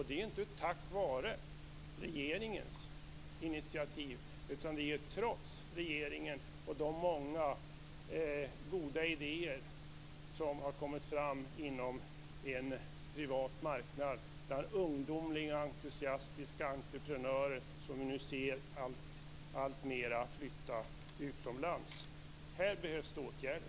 Det är inte tack vare regeringens initiativ, utan trots regeringen och de många goda idéer som har kommit fram på en privat marknad och där unga entusiastiska entreprenörer i större utsträckning flyttar utomlands. Här behövs åtgärder.